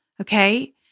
Okay